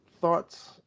thoughts